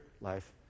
life